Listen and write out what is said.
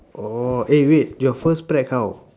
oh eh wait your first prac~ how